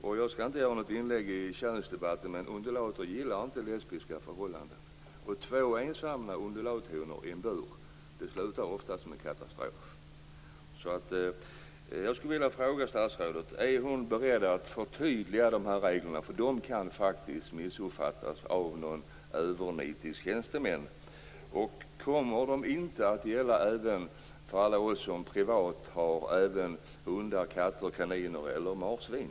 Det här skall inte bli ett inlägg i könsdebatten men undulater gillar inte lesbiska förhållanden. Två ensamma undulathonor i bur slutar oftast i en katastrof. Är statsrådet beredd att förtydliga de här reglerna, som faktiskt kan missuppfattas av någon övernitisk tjänsteman? Kommer inte de här reglerna att gälla även för alla oss som privat har hundar, katter, kaniner eller marsvin?